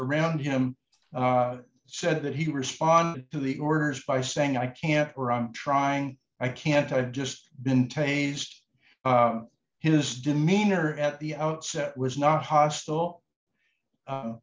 around him said that he responded to the orders by saying i can't run trying i can't i've just been taste his demeanor at the outset was not hostile